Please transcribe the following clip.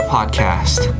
Podcast